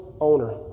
Owner